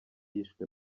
yishwe